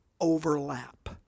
overlap